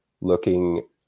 looking